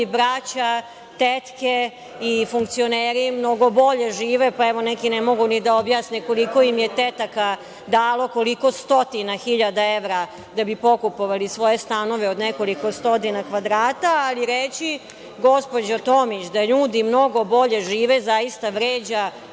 braća, tetke i funkcioneri mnogo bolje žive. Pa, evo neki ne mogu ni da objasne koliko im je tetaka dalo koliko stotina hiljada evra da bi pokupovali svoje stanove od nekoliko stotine kvadrata, ali reći, gospođo Tomić, da ljudi mnogo bolje žive, zaista vređa